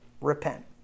repent